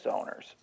owners